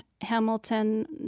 Hamilton